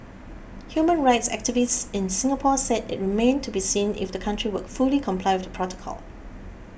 human rights activists in Singapore said it remained to be seen if the country would fully comply with the protocol